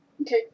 Okay